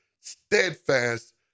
steadfast